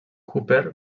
cooper